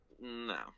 No